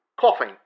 coughing